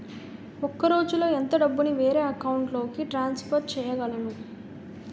ఒక రోజులో ఎంత డబ్బుని వేరే అకౌంట్ లోకి ట్రాన్సఫర్ చేయగలను?